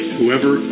whoever